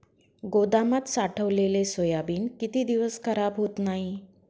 गोदामात साठवलेले सोयाबीन किती दिवस खराब होत नाही?